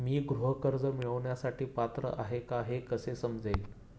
मी गृह कर्ज मिळवण्यासाठी पात्र आहे का हे कसे समजेल?